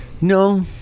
No